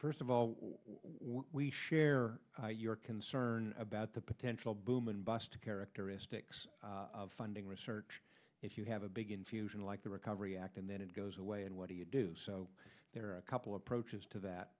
first of all we share your concern about the potential boom and bust characteristics of funding research if you have a big infusion like the recovery act and then it goes away and what do you do so there are a couple of approaches to